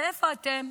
ואיפה אתם?